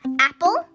Apple